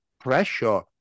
pressure